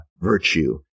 virtue